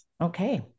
Okay